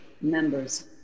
members